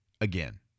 again